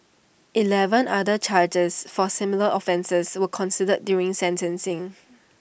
Eleven other charges for similar offences were considered during sentencing